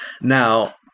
Now